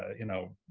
ah you know,